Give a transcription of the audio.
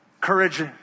Courage